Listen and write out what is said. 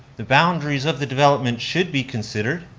the boundaries of the development should be considered.